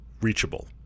reachable